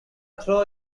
throw